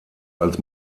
als